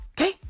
Okay